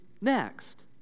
next